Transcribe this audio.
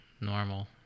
normal